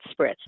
spritz